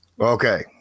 Okay